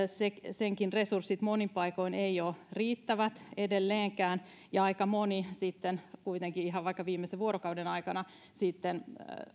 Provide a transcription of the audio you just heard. senkään resurssit monin paikoin eivät ole riittävät edelleenkään ja aika moni sitten kuitenkin ihan vaikka viimeisen vuorokauden aikana